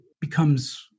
becomes